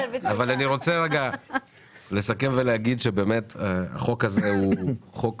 אבל אני רוצה רגע לסכם ולהגיד שבאמת החוק הזה הוא חוק